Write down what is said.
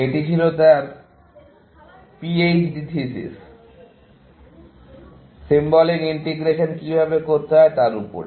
এটি ছিল তার পিএইচডি থিসিস সিম্বলিক ইন্টিগ্রেশন কিভাবে করতে হয় তার উপর